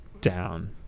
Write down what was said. down